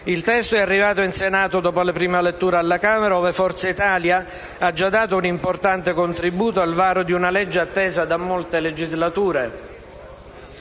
Il testo è arrivato in Senato dopo la prima lettura della Camera, ove Forza Italia ha già dato un importante contributo al varo di una legge attesa da molte legislature.